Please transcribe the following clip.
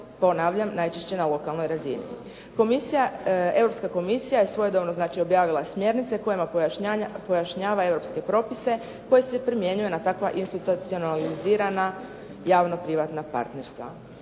ponavljam najčešće na lokalnoj razini. Europska komisija je svojevremeno znači objavila smjernice kojima pojašnjava europske propise koji se primjenjuje na takva institucionalizirana javno privatna partnerstva.